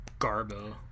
garbo